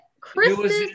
Christmas